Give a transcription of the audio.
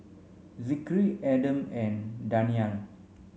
Zikri Adam and Danial